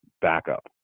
backup